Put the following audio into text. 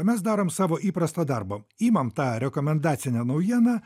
mes darom savo įprastą darbą imam tą rekomendacinę naujieną